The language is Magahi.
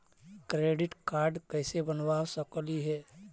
क्रेडिट कार्ड कैसे बनबा सकली हे?